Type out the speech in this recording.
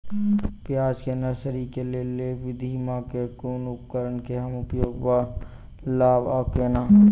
प्याज केँ नर्सरी केँ लेल लेव विधि म केँ कुन उपकरण केँ हम उपयोग म लाब आ केना?